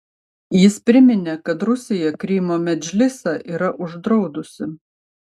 jis priminė kad rusija krymo medžlisą yra uždraudusi